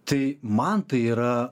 tai man tai yra